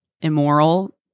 immoral